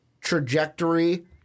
trajectory